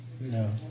no